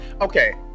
Okay